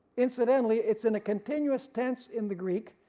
incidentally it's in a continuous tense in the greek.